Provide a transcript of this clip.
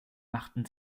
machten